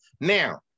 Now